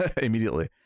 immediately